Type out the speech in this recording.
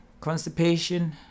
constipation